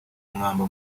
mwamba